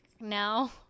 now